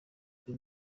uyu